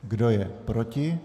Kdo je proti?